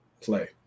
play